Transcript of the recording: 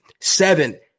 seven